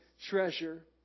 treasure